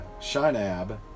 Shinab